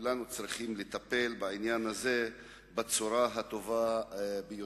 כולנו צריכים לטפל בעניין הזה בצורה הטובה ביותר.